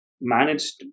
managed